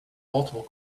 multiple